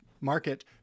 market